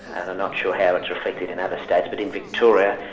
and i'm not sure how it's reflected in other states, but in victoria,